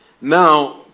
now